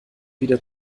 wieder